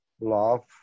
love